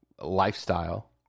lifestyle